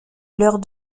leurs